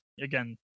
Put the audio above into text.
again